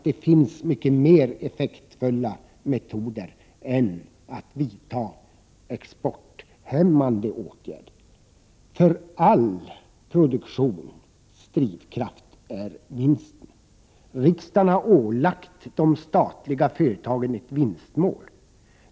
Det finns mycket mer effektfulla metoder än att vidta exporthämmande åtgärder. All produktions drivkraft är vinsten. Riksdagen har ålagt de statliga företagen ett vinstmål.